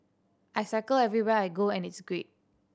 I cycle everywhere I go and it's great